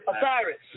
Osiris